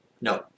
no